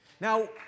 Now